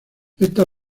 estas